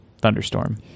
Thunderstorm